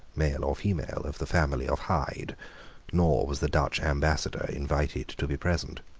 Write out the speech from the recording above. male or female, of the family of hyde nor was the dutch ambassador invited to be present.